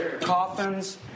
Coffins